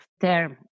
term